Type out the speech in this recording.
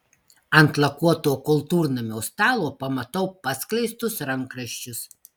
ant lakuoto kultūrnamio stalo pamatau paskleistus rankraščius